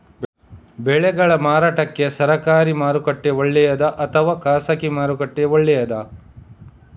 ಬೆಳೆಗಳ ಮಾರಾಟಕ್ಕೆ ಸರಕಾರಿ ಮಾರುಕಟ್ಟೆ ಒಳ್ಳೆಯದಾ ಅಥವಾ ಖಾಸಗಿ ಮಾರುಕಟ್ಟೆ ಒಳ್ಳೆಯದಾ